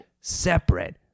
separate